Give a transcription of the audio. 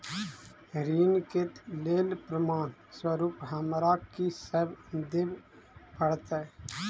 ऋण केँ लेल प्रमाण स्वरूप हमरा की सब देब पड़तय?